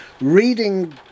reading